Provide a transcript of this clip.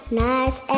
nice